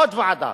עוד ועדה.